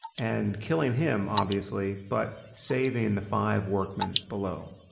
and killing him obviously, but saving the five workmen below.